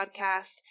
podcast